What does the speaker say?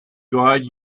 god